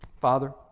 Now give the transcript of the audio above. Father